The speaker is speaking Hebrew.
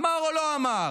אמר או לא אמר?